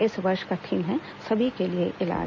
इस वर्ष का थीम है सभी के लिए इलाज